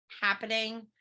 happening